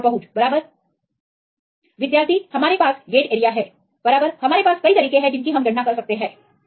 पहुंच और पहुंच बराबर हमारे पास गेटएरिया है बराबर हमारे पास कई तरीके हैं जिनकी हम गणना कर सकते हैं